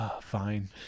Fine